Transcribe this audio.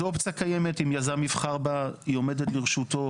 זו אופציה קיימת, יזם נבחר בה, היא עומדת לרשותו.